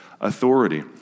authority